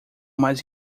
mais